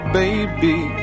baby